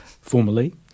formerly